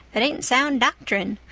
it ain't sound doctrine.